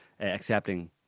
accepting